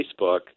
Facebook